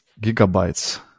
gigabytes